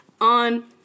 on